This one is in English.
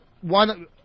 One